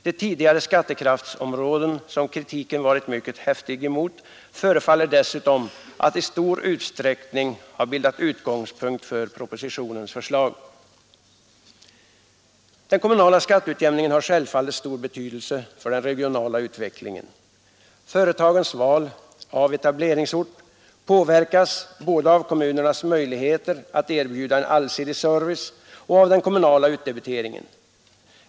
De tidigare skattekraftsområdena, som kritiken varit mycket häftig emot, förefaller dessutom i stor usträckning ha bildat utgångspunkt för propositionens förslag. Den kommunala skatteutjämningen har självfallet stor betydelse för den regionala utvecklingen. Företagens val av etableringsort påverkas både av kommunernas möjligheter att erbjuda en allsidig service och av den kommunala utdebiteringen.